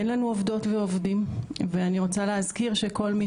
אין לנו עובדות ועובדים ואני רוצה להזכיר שכל מי